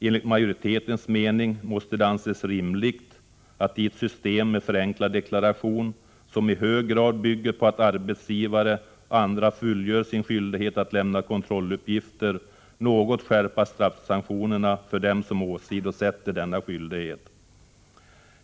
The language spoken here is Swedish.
Enligt majoritetens mening måste det anses rimligt att i ett system med förenklad deklaration, som i hög grad bygger på att arbetsgivare och andra fullgör sin skyldighet att lämna kontrolluppgifter, något skärpa straffsanktionerna för dem som åsidosätter denna skyldighet.